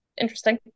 interesting